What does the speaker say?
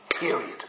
period